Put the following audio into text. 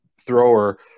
thrower